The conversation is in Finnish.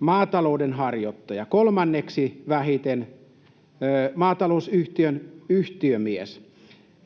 maatalouden harjoittaja, kolmanneksi vähiten maatalousyhtiön yhtiömies,